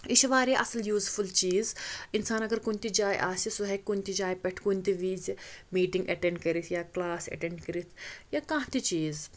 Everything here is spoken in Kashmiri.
یہِ چھِ واریاہ اَصٕل یوٗزفُل چیٖز اِنسان اَگَر کُنہِ تہِ جایہِ آسہِ سُہ ہیٚکہِ کُنہِ تہِ جایہِ پٮ۪ٹھ کُنہِ تہِ وِزِ میٖٹِنٛگ ایٚٹینٛڈ کٔرِتھ یا کٕلاس ایٚٹینٛڈ کٔرِتھ یا کانٛہہ تہِ چیٖز